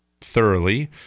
thoroughly